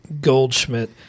Goldschmidt